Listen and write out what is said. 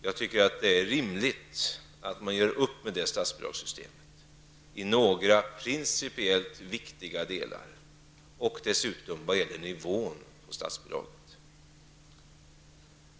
Jag tycker att det är rimligt att man gör upp med det statsbidragssystemet i några principiellt viktiga delar och när det gäller bidragsnivån.